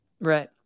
Right